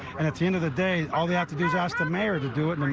and at the end of the day, all they have to do is ask the mayor to do it and and